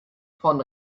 von